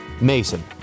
Mason